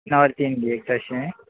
north इंडियेक तशें